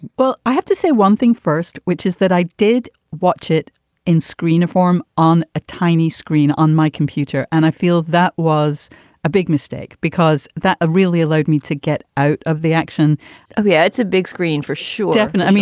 well, i have to say one thing first, which is that i did watch it in screen form on a tiny screen on my computer, and i feel that was a big mistake because that really allowed me to get out of the action of the ads a big screen for shoot i mean,